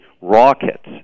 rockets